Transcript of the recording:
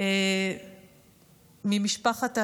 ממשפחת השכול,